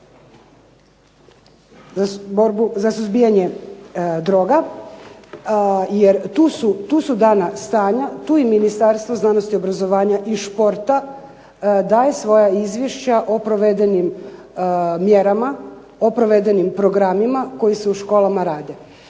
za suzbijanje droga. Jer tu su dana stanja, tu je Ministarstvo znanosti, obrazovanja i športa daje svoja Izvješća o provedenim mjerama, o provedenim programima koji se u školama rade.